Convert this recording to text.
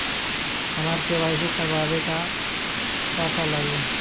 हमरा के.वाइ.सी करबाबे के बा का का लागि?